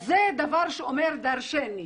אז זה דבר שאומר דרשני.